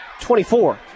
24